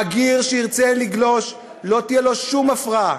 בגיר שירצה לגלוש, לא תהיה לו שום הפרעה.